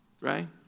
right